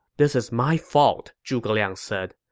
this is my fault, zhuge liang said.